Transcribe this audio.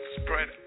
spread